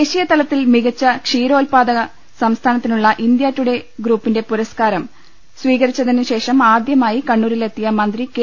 ദേശീയതലത്തിൽ മികച്ച ക്ഷീരോല്പാദക സംസ്ഥാ നത്തിനുള്ള ഇന്ത്യാ ടുഡേ ഗ്രൂപ്പിന്റെ പുരസ്കാരം സ്വീക രിച്ചതിനുശേഷം ആദ്യമായി കണ്ണൂരിൽ എത്തിയ മന്ത്രി കെ